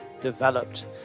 developed